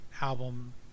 album